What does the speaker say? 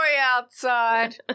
outside